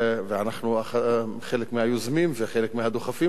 ואנחנו חלק מהיוזמים וחלק מהדוחפים